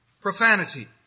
profanity